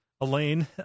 Elaine